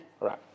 Right